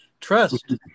Trust